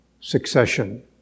succession